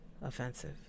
offensive